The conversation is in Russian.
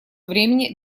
времени